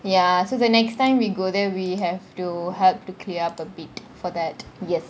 ya so the next time we go there we have to help to clear up a bit for that yes